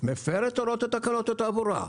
מפר את הוראות תקנות התעבורה,